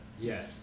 Yes